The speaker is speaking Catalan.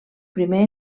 primer